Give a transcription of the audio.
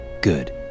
Good